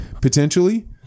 potentially